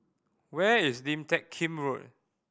where is Lim Teck Kim Road